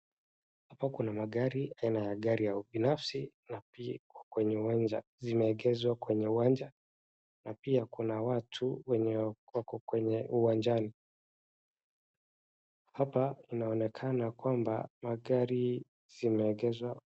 Hapa kuna magari aina ya gari ya ubinafsi kwenye uwanja. Zimeegeshwa kwenye uwanja na pia kuna watu wako kwenye uwanjani. Hapa inaonekana kwamba magari zimeegeshwa...